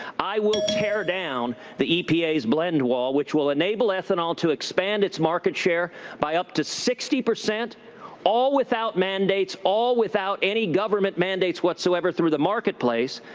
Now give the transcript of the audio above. i will. tear down the epa's blend wall which will enable ethanol to expand its market share by up to sixty, all all without mandates. all without any government mandates whatsoever through the marketplace.